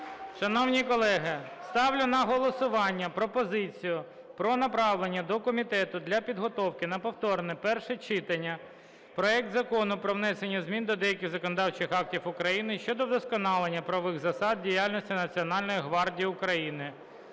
Шановні колеги, ставлю на голосування пропозицію про направлення до комітету для підготовки на повторне перше читання проект Закону про внесення змін до деяких законодавчих актів України щодо вдосконалення правових засад діяльності Національної гвардії України